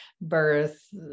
birth